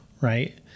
right